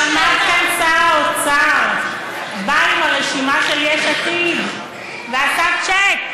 אמרתם: שר האוצר בא עם הרשימה של יש עתיד ועשה צ'ק.